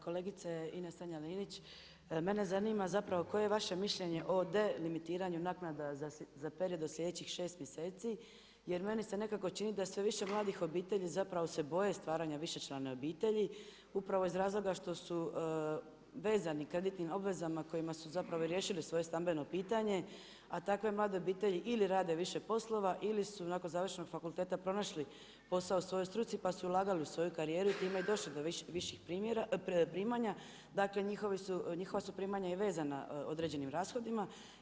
Kolegice Ines Strenja-Linić mene zanima koje je vaše mišljenje o delimitiranju naknada za period od sljedećih šest mjeseci jer meni se nekako čini da sve više mladih obitelji zapravo se boje stvaranje višečlane obitelji, upravo iz razloga što su vezani kreditnim obvezama kojima su riješili svoje stambeno pitanje, a takve mlade obitelji ili rade više poslova ili su nakon završenog fakulteta pronašli posao u svojoj struci pa su ulagali u svoju karijeru i time je došlo do viših primanja, dakle njihova su primanja i vezana određenim rashodima.